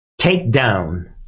takedown